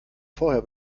vorher